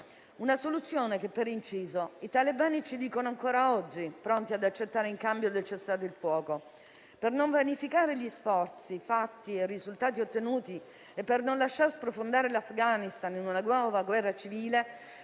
Una soluzione che, per inciso, i talebani si dicono ancora oggi pronti ad accettare in cambio del cessate il fuoco. Per non vanificare gli sforzi fatti e i risultati ottenuti e per non lasciare sprofondare l'Afghanistan in una nuova guerra civile,